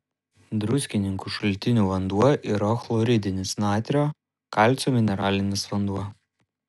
druskininkų šaltinių vanduo yra chloridinis natrio kalcio mineralinis vanduo